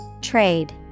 Trade